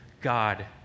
God